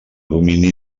domini